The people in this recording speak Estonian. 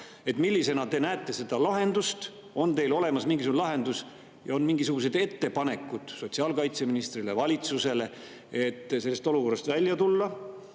erasektor –, näete seda lahendust? On teil olemas mingisugune lahendus ja mingisugused ettepanekud sotsiaalkaitseministrile, valitsusele, et sellest olukorrast välja tulla?